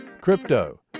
Crypto